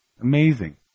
amazing